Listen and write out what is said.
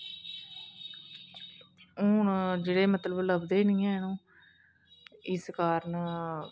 हून जेह्ड़े मतलब लभदे नेईं ऐ हैन ओह् इस कारण